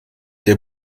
der